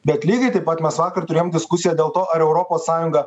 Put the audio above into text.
bet lygiai taip pat mes vakar turėjom diskusiją dėl to ar europos sąjunga